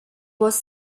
was